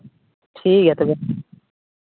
ᱴᱷᱤᱠ ᱜᱮᱭᱟ ᱛᱚᱵᱮ